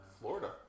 Florida